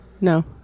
No